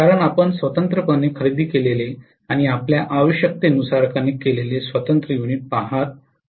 कारण आपण स्वतंत्रपणे खरेदी केलेले आणि आपल्या आवश्यकतेनुसार कनेक्ट केलेले स्वतंत्र युनिट पहात आहात